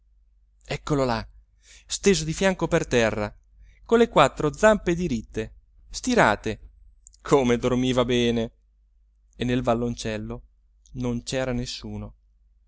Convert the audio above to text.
eccolo là steso di fianco per terra con le quattro zampe diritte stirate come dormiva bene e nel valloncello non c'era nessuno